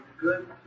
good